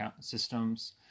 systems